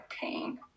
pain